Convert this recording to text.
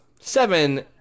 seven